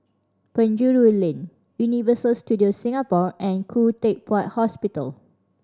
Penjuru Lane Universal Studios Singapore and Khoo Teck Puat Hospital